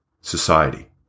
society